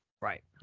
Right